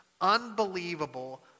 unbelievable